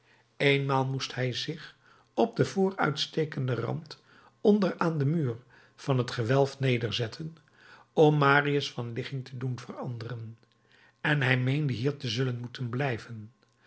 eenmaal moest hij zich op den vooruitstekenden rand onder aan den muur van het gewelf neerzetten om marius van ligging te doen veranderen en hij meende hier te zullen moeten blijven